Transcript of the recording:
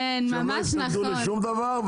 שלא התנגדו לשום דבר,